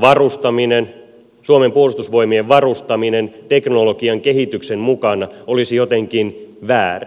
varustaminen suomen puolustusvoimien varustaminen teknologian kehityksen mukana olisi jotenkin väärin